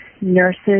Nurses